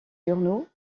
journaux